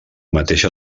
mateixa